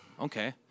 Okay